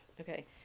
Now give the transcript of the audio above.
Okay